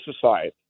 society